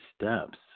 steps